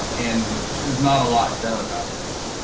and its not a lot done about that.